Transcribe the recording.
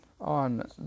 on